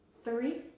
three.